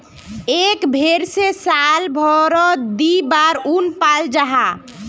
एक भेर से साल भारोत दी बार उन पाल जाहा